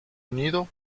unido